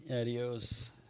Adios